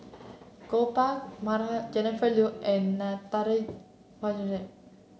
Gopal Baratham Jennifer Yeo and Natarajan